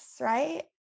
right